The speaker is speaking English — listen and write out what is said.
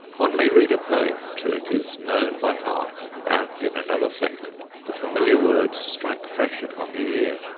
one may read a poem till it is known by heart, and in another second the familiar words strike fresh upon the ear.